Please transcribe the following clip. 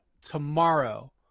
tomorrow